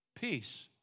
Peace